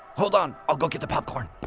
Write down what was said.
hold on, i'll go get the pop-corn.